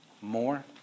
more